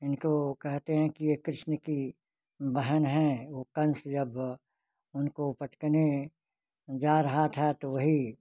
इनको कहते हैं कि यह कृष्ण की बहन हैं वह कंस जब उनको पटकने जा रहा था तो वही